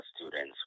students